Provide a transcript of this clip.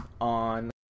on